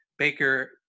Baker